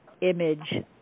image